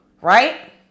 right